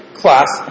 class